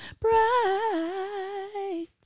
bright